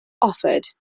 offered